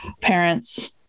parents